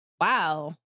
wow